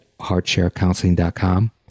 heartsharecounseling.com